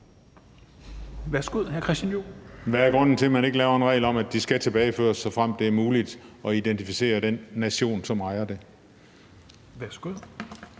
Kl. 16:42 Christian Juhl (EL): Hvad er grunden til, at man ikke laver en regel om, at de skal tilbageføres, såfremt det er muligt at identificere den nation, som ejer dem? Kl.